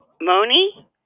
Moni